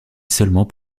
seulement